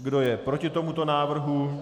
Kdo je proti tomuto návrhu?